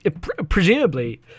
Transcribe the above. presumably